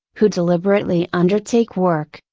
who deliberately undertake work,